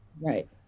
right